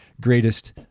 greatest